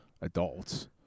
adults